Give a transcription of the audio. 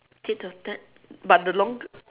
tit or tat but the longe~